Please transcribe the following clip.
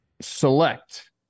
select